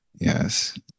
yes